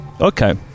Okay